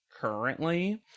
currently